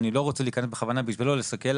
אני לא רוצה להיכנס בשביל לא לסכל,